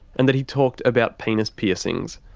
and that he talked about penis piercings.